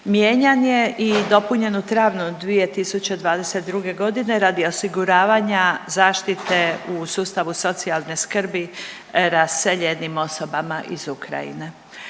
Mijenjan je i dopunjen u travnju 2022. g. radi osiguravanja zaštite u sustavu socijalne skrbi raseljenim osobama iz Ukrajine.